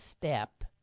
step